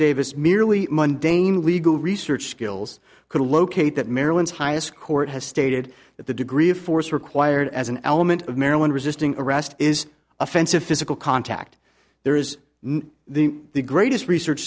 davis merely monday named legal research skills could locate that maryland's highest court has stated that the degree of force required as an element of maryland resisting arrest is offensive physical contact there is the greatest research